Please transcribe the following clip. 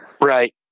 Right